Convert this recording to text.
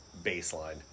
baseline